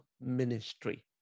ministry